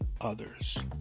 others